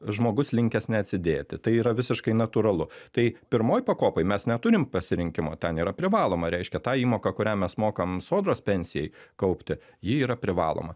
žmogus linkęs neatsidėti tai yra visiškai natūralu tai pirmoj pakopoj mes neturim pasirinkimo ten yra privaloma reiškia tą įmoką kurią mes mokam sodros pensijai kaupti ji yra privaloma